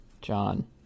John